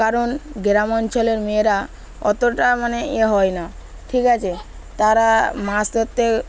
কারণ গ্রাম অঞ্চলের মেয়েরা অতটা মানে ইয়ে হয় না ঠিক আছে তারা মাছ ধরতে